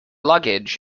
luggage